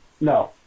No